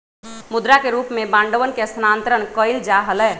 मुद्रा के रूप में बांडवन के स्थानांतरण कइल जा हलय